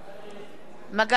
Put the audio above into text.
והבה,